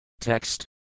Text